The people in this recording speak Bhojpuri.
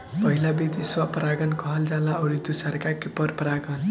पहिला विधि स्व परागण कहल जाला अउरी दुसरका के पर परागण